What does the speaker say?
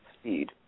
speed